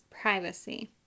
privacy